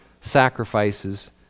sacrifices